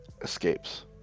escapes